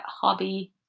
hobby